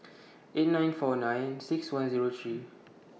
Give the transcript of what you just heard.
eight nine four nine six one Zero three